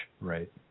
right